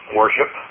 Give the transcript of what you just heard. worship